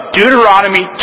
Deuteronomy